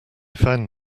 found